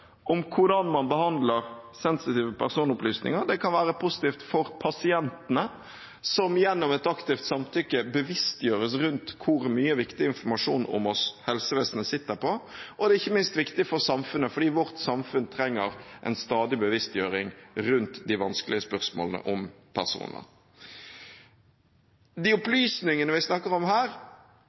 om hvordan man behandler sensitive personopplysninger. Det kan være positivt for pasientene, som gjennom et aktivt samtykke bevisstgjøres rundt hvor mye viktig informasjon om oss helsevesenet sitter på, og det er ikke minst viktig for samfunnet fordi vårt samfunn trenger en stadig bevisstgjøring rundt de vanskelige spørsmålene om personvern. De opplysningene vi snakker om her,